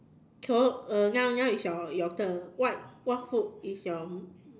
so uh now now is your your turn what what food is your